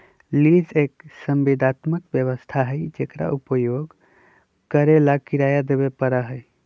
lease एक संविदात्मक व्यवस्था हई जेकरा उपयोग करे ला किराया देवे पड़ा हई